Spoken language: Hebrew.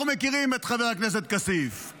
אנחנו מכירים את חבר הכנסת כסיף,